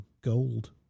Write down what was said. gold